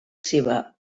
seva